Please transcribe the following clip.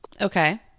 Okay